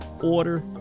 Order